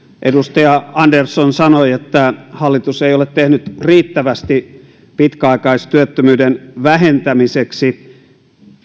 edustaja andersson sanoi että hallitus ei ole tehnyt riittävästi pitkäaikaistyöttömyyden vähentämiseksi